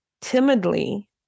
timidly